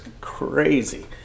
crazy